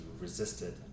resisted